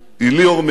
היא ליאור מאיר.